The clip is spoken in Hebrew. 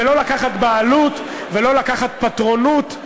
ולא לקחת בעלות ולא לקחת פטרונות,